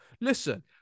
listen